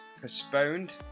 postponed